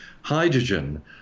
hydrogen